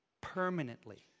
Permanently